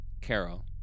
Carol